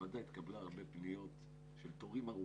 בוועדה התקבלו הרבה פניות על תורים ארוכים.